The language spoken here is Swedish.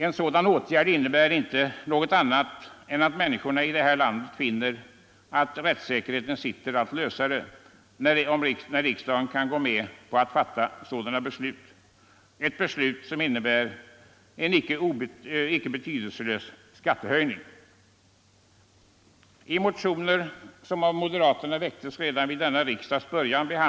En sådan åtgärd innebär icke något annat än att människorna här i landet finner att rättssäkerheten sitter allt lösare, när riksdagen kan fatta sådana beslut som innebär en inte betydelselös skattehöjning. I förevarande betänkanden behandlas bl.a. några moderatmotioner som väcktes redan vid denna riksdags början.